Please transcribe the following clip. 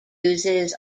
uses